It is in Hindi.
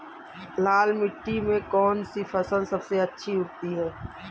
लाल मिट्टी में कौन सी फसल सबसे अच्छी उगती है?